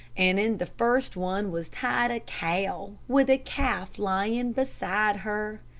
and in the first one was tied a cow, with a calf lying beside her.